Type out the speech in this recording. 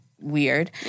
weird